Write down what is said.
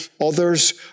others